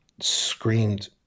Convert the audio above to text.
screamed